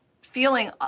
feeling